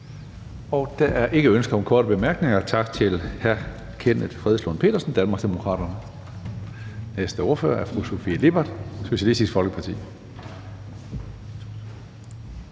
Der er ingen ønsker om korte bemærkninger. Tak til hr. Kenneth Fredslund Petersen, Danmarksdemokraterne. Næste ordfører er fru Sofie Lippert, Socialistisk Folkeparti.